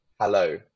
hello